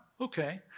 okay